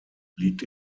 liegt